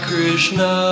Krishna